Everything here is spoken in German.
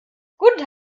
guten